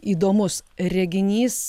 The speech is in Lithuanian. įdomus reginys